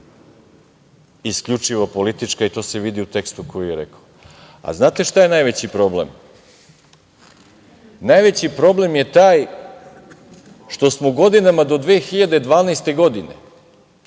isključivo politička, i to se vidi u tekstu koji je rekao. Znate šta je najveći problem? Najveći problem je taj što smo godinama do 2012. godine,